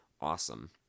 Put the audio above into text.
awesome